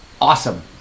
Awesome